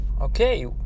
Okay